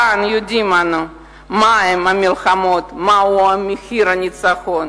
כאן יודעים אנחנו מהן המלחמות, מהו מחיר הניצחון.